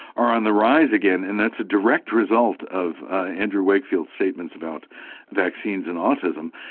are on the rise again, and that's a direct result of ah andrew wakefield's statements about vaccines and autism.